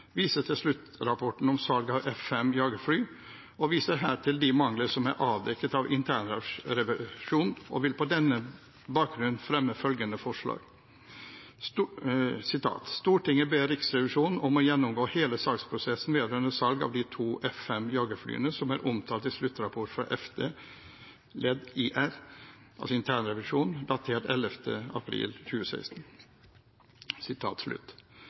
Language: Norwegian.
viser til sluttrapporten om salg av F-5 jagerfly og til de mangler som er avdekket av internrevisjonen, og vil på denne bakgrunn fremme følgende forslag: «Stortinget ber Riksrevisjonen om å gjennomgå hele salgsprosessen vedrørende salg av de to F-5 jagerflyene som er omtalt i sluttrapport fra FD Led IR, datert 11. april 2016.»